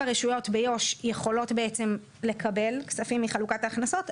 הרשויות ביו"ש יכולות לקבל כספים מחלוקת ההכנסות,